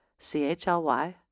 CHLY